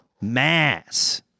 mass